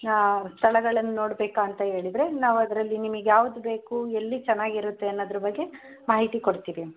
ಹಾಂ ಸ್ಥಳಗಳನ್ನು ನೋಡ್ಬೇಕಾ ಅಂತ ಹೇಳಿದರೆ ನಾವು ಅದರಲ್ಲಿ ನಿಮಗ್ ಯಾವ್ದು ಬೇಕು ಎಲ್ಲಿ ಚೆನ್ನಾಗಿರುತ್ತೆ ಅನ್ನೋದರ ಬಗ್ಗೆ ಮಾಹಿತಿ ಕೊಡ್ತೀವಿ